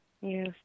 Yes